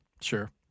Sure